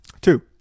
Two